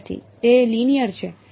વિદ્યાર્થી તે લિનિયર છે